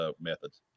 methods